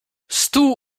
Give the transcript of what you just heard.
stu